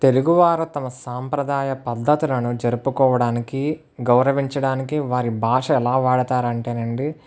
తెలుగు వారు తమ సాంప్రదాయ పద్దతులను జరుపుకోవడానికి గౌరవించడానికి వారి భాష ఎలా వాడతారు అంటేనండి